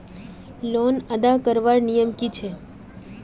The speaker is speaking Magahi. लोन अदा करवार नियम की छे?